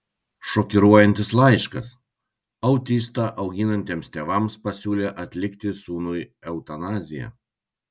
šokiruojantis laiškas autistą auginantiems tėvams pasiūlė atlikti sūnui eutanaziją